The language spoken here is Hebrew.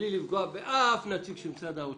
בלי לפגוע באף נציג של משרד האוצר,